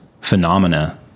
phenomena